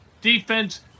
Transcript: Defense